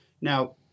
Now